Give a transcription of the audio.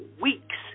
weeks